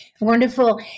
Wonderful